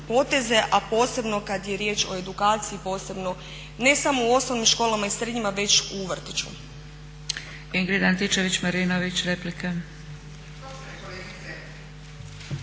a posebno kad je riječ o edukaciji, ne samo u osnovnim školama i srednjima već u vrtiću.